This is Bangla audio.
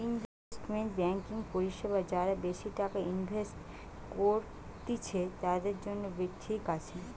ইনভেস্টমেন্ট বেংকিং পরিষেবা যারা বেশি টাকা ইনভেস্ট করত্তিছে, তাদের জন্য ঠিক আছে